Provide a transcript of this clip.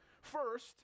first